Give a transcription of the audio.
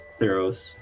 Theros